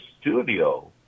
studio